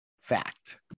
fact